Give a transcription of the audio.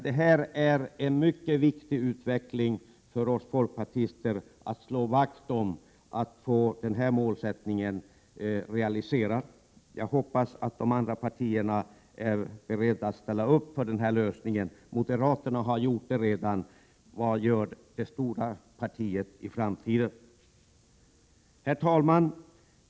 Det är mycket viktigt för oss folkpartister att få detta mål realiserat. Jag hoppas att de andra partierna här i kammaren är beredda att ställa sig bakom denna utveckling. Moderaterna gör det redan. Vad gör det stora partiet i framtiden? Herr talman!